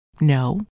No